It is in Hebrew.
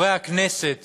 חברי הכנסת